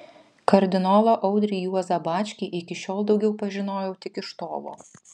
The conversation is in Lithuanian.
kardinolą audrį juozą bačkį iki šiol daugiau pažinojau tik iš tolo